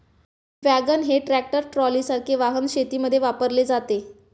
wagon हे tractor ट्रॉलीसारखे वाहन शेतीमध्ये वापरले जाते